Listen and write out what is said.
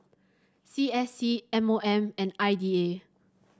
C S C M O M and I D A